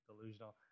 delusional